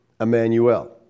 Emmanuel